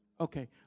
Okay